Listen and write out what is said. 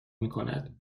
میکند